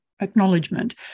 acknowledgement